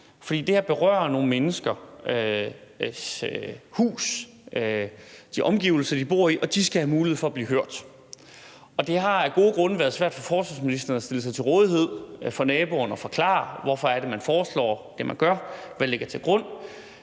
for det her berører nogle mennesker, deres huse og de omgivelser, de bor i, og de skal have mulighed for at blive hørt. Det har af gode grunde været svært for forsvarsministeren at stille sig til rådighed for naboerne og forklare, hvorfor man foreslår det, man gør, og hvad der ligger til grund